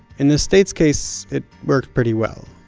in the state's case, it worked pretty well,